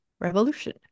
revolution